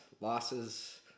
losses